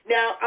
Now